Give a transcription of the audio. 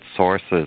sources